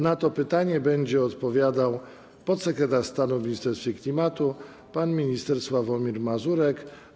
Na to pytanie będzie odpowiadał podsekretarz stanu w Ministerstwie Klimatu pan minister Sławomir Mazurek.